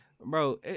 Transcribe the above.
bro